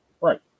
Right